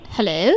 Hello